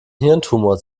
hirntumor